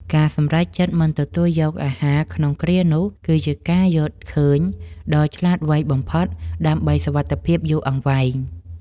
ការសម្រេចចិត្តមិនទទួលយកអាហារក្នុងគ្រានោះគឺជាការយល់ឃើញដ៏ឆ្លាតវៃបំផុតដើម្បីសុវត្ថិភាពយូរអង្វែង។